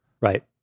Right